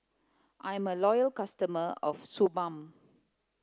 I'm a loyal customer of Suu Balm